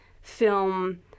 film